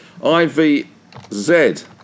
IVZ